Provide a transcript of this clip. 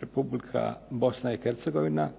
Republika Bosna i Hercegovina